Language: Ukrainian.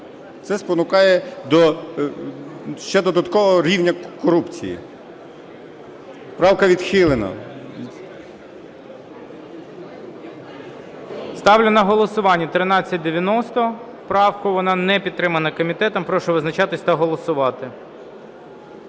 Це спонукає ще додатково рівня корупції. Правка відхилена. ГОЛОВУЮЧИЙ. Ставлю на голосування 1390 правку. Вона не підтримана комітетом. Прошу визначатися та голосувати.